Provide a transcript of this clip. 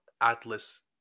Atlas